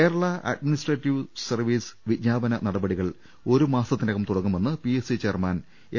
Kerala administrative service വിജ്ഞാപന നടപടികൾ ഒരു മാസത്തിനകം തുടങ്ങുമെന്ന് പിഎസ്റ്സി ചെയർമാൻ എം